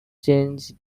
change